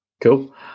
Cool